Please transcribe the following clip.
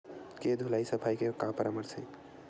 के धुलाई सफाई के का परामर्श हे?